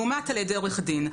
מאומת על ידי עורך דין,